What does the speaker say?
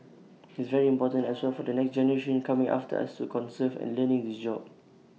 IT is very important as well for the next generation coming after us to conserve and learn this job